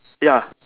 ya